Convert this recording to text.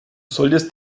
solltest